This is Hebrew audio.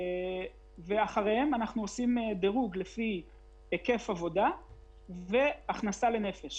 אחר כך יש דירוג לפי היקף עבודה והכנסה לנפש